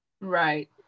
Right